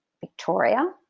victoria